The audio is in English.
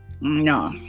no